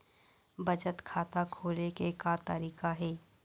बचत खाता खोले के का तरीका हे?